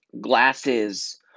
glasses